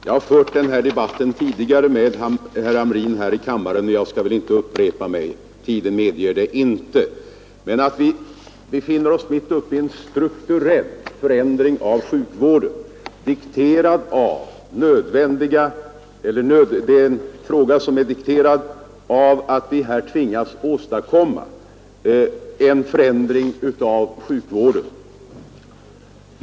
Jag har tidigare fört den här debatten med herr Hamrin här i kammaren, och jag skall inte nu upprepa vad jag då anförde. Vi befinner oss mitt i en strukturell förändring av sjukvården.